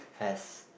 has